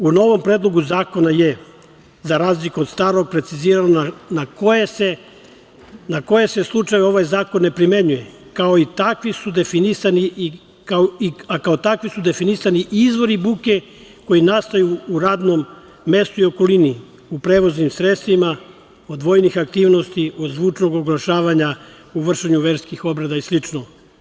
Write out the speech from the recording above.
U novom Predlogu zakona je za razliku od starog precizirano na koje se slučajeve ovaj zakon ne primenjuje, a kao takvi su definisani i izvori buke koji nastaju u radnom mestu i okolini, u prevoznim sredstvima, odvojenih aktivnosti od zvučnog oglašavanja, u vršenju verskih obreda i slično.